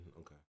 okay